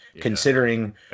considering